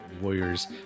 warriors